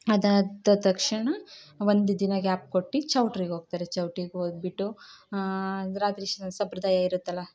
ಅದಾದ ತಕ್ಷಣ ಒಂದು ದಿನ ಗ್ಯಾಪ್ ಕೊಟ್ಟು ಚೌಟ್ರಿಗೆ ಹೋಗ್ತಾರೆ ಚೌಟ್ರಿಗೆ ಹೋಗ್ಬಿಟ್ಟು ರಾತ್ರಿ ಶ ಸಂಪ್ರದಾಯ ಇರುತ್ತೆಲ್ಲ